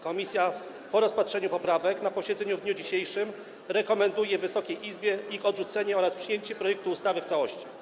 Komisja po rozpatrzeniu poprawek na posiedzeniu w dniu dzisiejszym rekomenduje Wysokiej Izbie ich odrzucenie oraz przyjęcie projektu ustawy w całości.